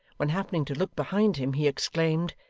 when happening to look behind him, he exclaimed,